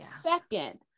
Second